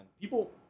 People